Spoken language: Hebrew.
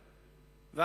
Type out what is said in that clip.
האלה.